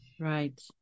Right